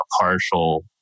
partial